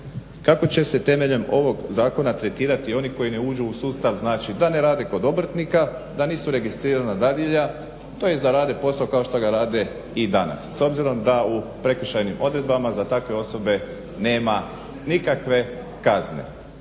kako će se temeljem ovog zakona tretirati oni koji ne uđu u sustav, znači da ne rade kod obrtnika, da nisu registrirana dadilja, tj. da rade posao kao što ga rade i danas s obzirom da u prekršajnim odredbama za takve osobe nema nikakve kazne.